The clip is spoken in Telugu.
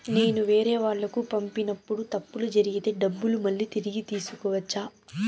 నేను వేరేవాళ్లకు పంపినప్పుడు తప్పులు జరిగితే డబ్బులు మళ్ళీ తిరిగి తీసుకోవచ్చా?